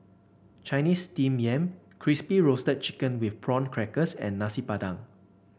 Chinese Steamed Yam Crispy Roasted Chicken with Prawn Crackers and Nasi Padang